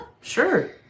sure